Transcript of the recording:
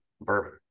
bourbon